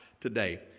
today